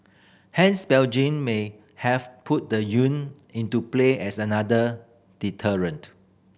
hence Beijing may have put the yuan into play as another deterrent